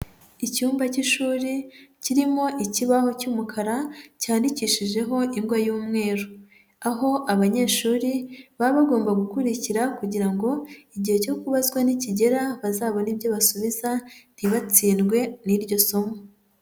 Icyumba cy'ishuri kirimo ikibaho cy'umukara cyandikishijeho ingwa y'umweru, aho abanyeshuri baba bagomba gukurikira kugira ngo igihe cyo kubazwa nikigera bazabone ibyo basubiza ntibatsindwe n'iryo somo.